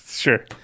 sure